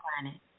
planet